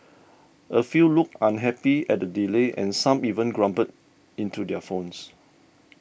a few looked unhappy at the delay and some even grumbled into their phones